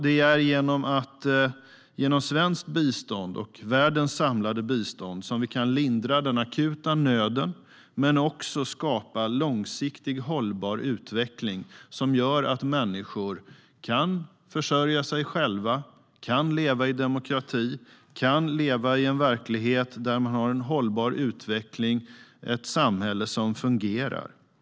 Det är genom svenskt bistånd och världens samlade bistånd som vi kan lindra den akuta nöden men också skapa långsiktigt hållbar utveckling som gör att människor kan försörja sig själva, kan leva i demokrati och kan leva i en verklighet med hållbar utveckling - ett samhälle som fungerar.